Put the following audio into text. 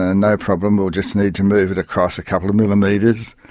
and no problem, we'll just need to move it across a couple of millimetres.